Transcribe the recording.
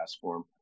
form